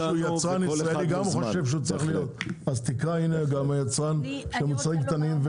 יצרן ישראלי גם חושב שהוא צריך להיות גם יצרן של מוצרים קטנים,